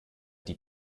die